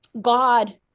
God